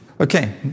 Okay